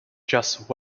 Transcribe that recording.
just